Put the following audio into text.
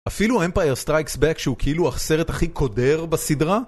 אפילו אמפייר סטרייקס בק שהוא כאילו הסרט הכי קודר בסדרה